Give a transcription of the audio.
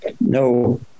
no